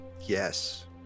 Yes